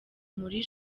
muri